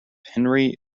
henry